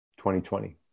2020